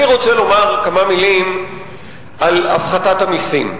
אני רוצה לומר כמה מלים על הפחתת המסים.